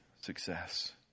success